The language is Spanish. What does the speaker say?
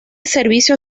servicios